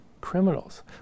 criminals